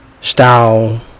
style